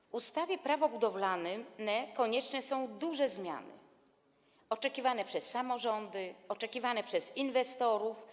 W ustawie Prawo budowlane konieczne są duże zmiany, oczekiwane przez samorządy, oczekiwane przez inwestorów.